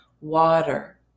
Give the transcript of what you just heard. Water